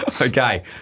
Okay